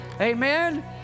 Amen